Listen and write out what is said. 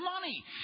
money